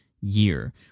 year